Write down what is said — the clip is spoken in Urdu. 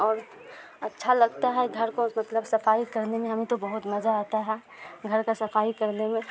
اور اچھا لگتا ہے گھر کو مطلب صفائی کرنے میں ہمیں تو بہت مزہ آتا ہے گھر کا صفائی کرنے میں